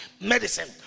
medicine